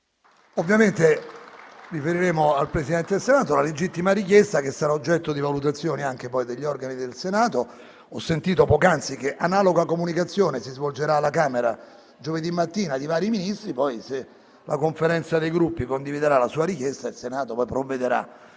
Ovviamente riferiremo al Presidente del Senato questa legittima richiesta, che sarà oggetto di valutazione anche degli organi del Senato. Ho sentito poc'anzi che analoga comunicazione si svolgerà alla Camera giovedì mattina con i vari Ministri. Se la Conferenza dei Capigruppo condividerà la sua richiesta, il Senato poi provvederà.